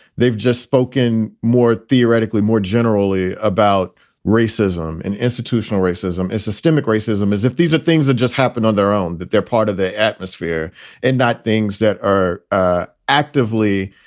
they've just spoken more theoretically, more generally about racism and institutional racism is systemic racism as if these are things that just happen on their own, that they're part of the atmosphere and not things that are ah actively